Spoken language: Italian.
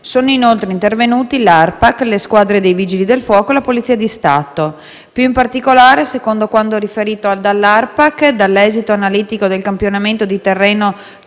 protezione ambientale (ARPAC), le squadre dei Vigili del fuoco e la Polizia di Stato. Più in particolare, secondo quanto riferito dall'ARPAC, dall'esito analitico del campionamento di terreno *top soil*